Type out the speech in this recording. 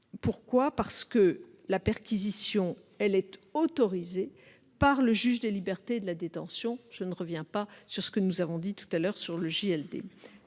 parce que la perquisition est autorisée par le juge des libertés et de la détention- je ne reviens pas sur ce que nous avons dit tout à l'heure à ce